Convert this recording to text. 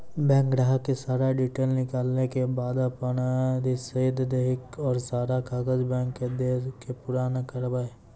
Bank ग्राहक के सारा डीटेल निकालैला के बाद आपन रसीद देहि और सारा कागज बैंक के दे के पुराना करावे?